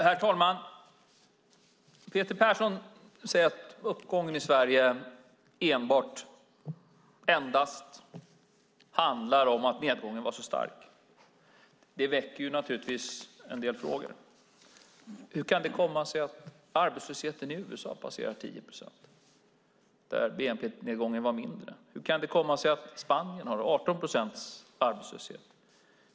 Herr talman! Peter Persson säger att uppgången i Sverige enbart och endast handlar om nedgången var så stark. Det väcker naturligtvis en del frågor. Hur kan det komma sig att arbetslösheten passerar 10 procent i USA där bnp-nedgången var mindre? Hur kan det komma sig att Spanien har en arbetslöshet på 18 procent?